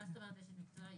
מה זאת אומרת אשת מקצוע?